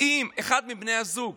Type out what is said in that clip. אם אחד מבני הזוג